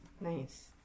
Nice